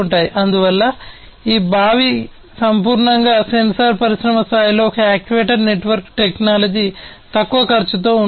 అందువల్ల ఈ బావి సంపూర్ణంగా సెన్సార్ పరిశ్రమ స్థాయిలో ఒక యాక్యుయేటర్ నెట్వర్క్ టెక్నాలజీ తక్కువ ఖర్చుతో ఉంటుంది